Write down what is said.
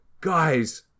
guys